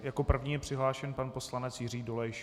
Jako první je přihlášen pan poslanec Jiří Dolejš.